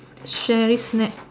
Sherry's snack